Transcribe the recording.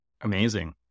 Amazing